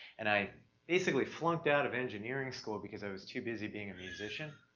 and i basically flunked out of engineering school because i was too busy being a musician.